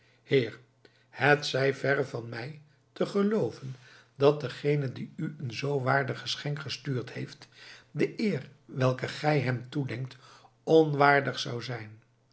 het zij verre van mij te gelooven dat degene die u een zoo waardig geschenk gestuurd heeft de eer welke gij hem toedenkt onwaardig zou zijn